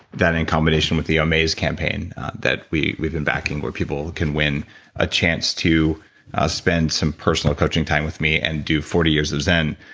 that in combination with the omaze campaign that we've been backing, where people can win a chance to spend some personal coaching time with me and do forty years of zen.